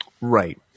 right